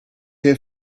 here